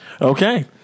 Okay